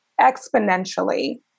exponentially